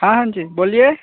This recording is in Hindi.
हाँ हाँ जी बोलिए